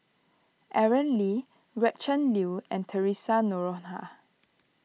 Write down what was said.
Aaron Lee Gretchen Liu and theresa Noronha